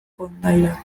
kondairak